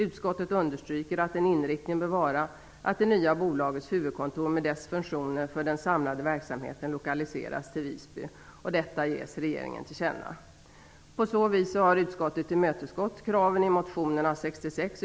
Utskottet understryker att en inriktning bör vara att det nya bolagets huvudkontor med dess funktioner för den samlade verksamheten lokaliseras till Visby. Detta ges regeringen till känna.